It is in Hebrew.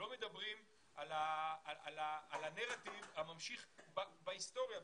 לא מדברים על הנרטיב הממשיך בהיסטוריה.